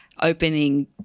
opening